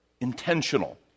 intentional